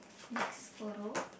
next photo